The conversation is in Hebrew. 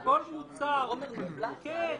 כן.